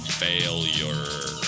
failure